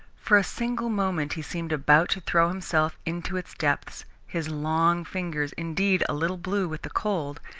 for a single moment he seemed about to throw himself into its depths his long fingers, indeed, a little blue with the cold,